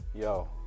Yo